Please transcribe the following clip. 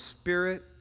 spirit